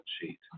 sheet